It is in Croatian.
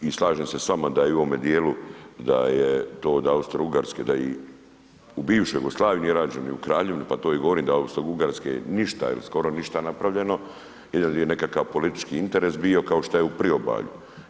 I slažem se s vama da je i u ovome dijelu da je to od Austro-ugarske da i u bivšoj Jugoslaviji nije rađen, ni u Kraljevini, pa to i govorim da od Austro-ugarske, ništa ili skoro ništa napravljeno ili je nekakav politički interes bio kao što je u priobalju.